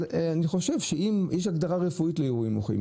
אני חושב שיש הגדרה רפואית לאירועים רפואיים,